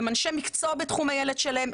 הם אנשי מקצוע בתחום הילד שלהם,